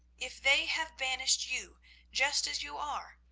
if they have banished you just as you are,